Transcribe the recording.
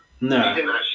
no